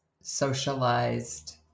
socialized